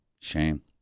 shame